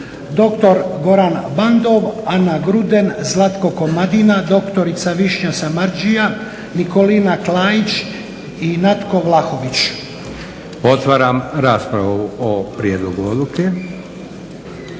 dr. Goran Bandov, Ana Gruden, Zlatko Komadina, dr. Višnja Samardžija, Nikolina Klajić i Natko Vlahović. **Leko, Josip (SDP)** Otvaram raspravu o prijedlogu odluke.